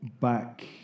back